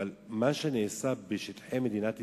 אבל מה שנעשה בשטחי מדינת ישראל,